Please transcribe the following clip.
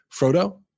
frodo